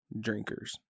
drinkers